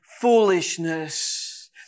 foolishness